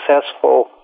successful